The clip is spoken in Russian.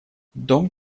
дом